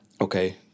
okay